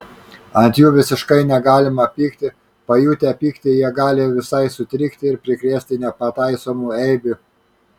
ant jų visiškai negalima pykti pajutę pyktį jie gali visai sutrikti ir prikrėsti nepataisomų eibių